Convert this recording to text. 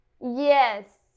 Yes